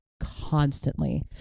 constantly